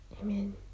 Amen